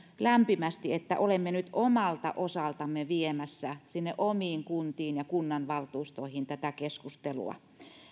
lämpimästi että olemme nyt omalta osaltamme viemässä sinne omiin kuntiimme ja kunnanvaltuustoihimme tätä keskustelua